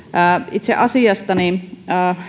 itse asiasta